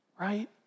Right